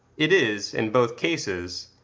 it is, in both cases,